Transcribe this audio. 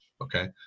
okay